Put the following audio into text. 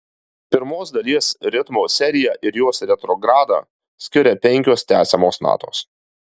pirmos dalies ritmo seriją ir jos retrogradą skiria penkios tęsiamos natos